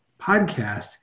podcast